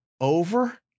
over